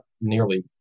nearly